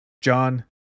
John